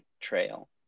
Trail